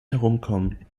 herumkommen